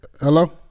Hello